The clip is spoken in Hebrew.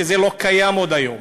שזה לא קיים עוד היום.